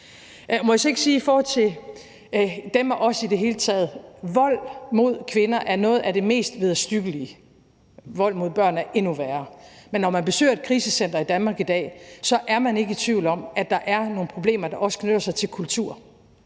jeg så ikke sige i forhold til »dem og os« i det hele taget: Vold mod kvinder er noget af det mest vederstyggelige; vold mod børn er endnu værre. Men når man besøger et krisecenter i Danmark i dag, er man ikke i tvivl om, at der er nogle problemer, der også knytter sig til kultur,